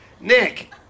Nick